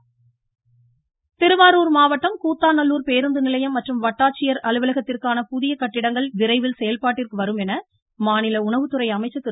காமராஜ் திருவாரூர் மாவட்டம் கூத்தாநல்லூர் பேருந்துநிலையம் மற்றும் வட்டாட்சியர் அலுவலகத்திற்கான புதிய கட்டிடங்கள் விரைவில் செயல்பாட்டிற்கு வரும் என மாநில உணவுத்துறை அமைச்சர்திரு